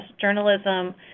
journalism